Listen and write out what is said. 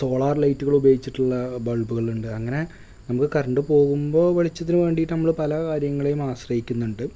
solar ലൈറ്റുകളുപയോഗിച്ചിട്ടുള്ള ബൾബുകളുണ്ട് അങ്ങനെ നമുക്ക് കറണ്ട് പോകുമ്പോൾ വെളിച്ചത്തിനു വേണ്ടീ നമ്മൾ പല കാര്യങ്ങളെയും ആശ്രയിക്കുന്നുണ്ട്